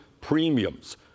premiums